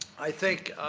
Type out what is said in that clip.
i think,